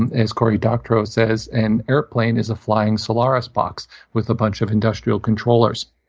and as cory doctorow says, an airplane is a flying solaris box with a bunch of industrial controllers.